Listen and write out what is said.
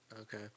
Okay